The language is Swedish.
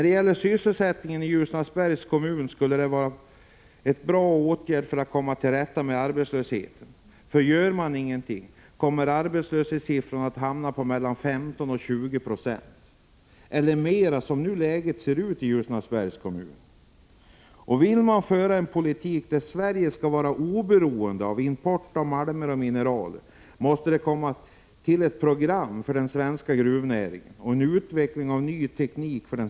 Ett öppnande av Basttjärnsgruvan skulle vara en bra åtgärd för att komma till rätta med arbetslösheten i Ljusnarsbergs kommun. Gör man ingenting kommer arbetslösheten att ligga mellan 15 och 20 26, eller högre som läget nu ser ut i Ljusnarsbergs kommun. Och vill man föra en politik, som gör Sverige oberoende av import av malmer och mineral, måste det komma till ett program för den svenska gruvnäringen och en utveckling av ny teknik.